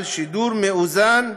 על שידור מאוזן,